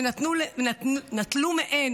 ונטלו מהן